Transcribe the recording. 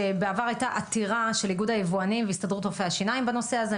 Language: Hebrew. שבעבר הייתה עתירה של איגוד היבואנים והסתדרות רופאי השיניים בנושא הזה.